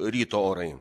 ryto orai